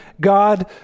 God